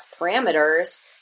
parameters